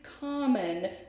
common